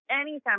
anytime